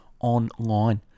online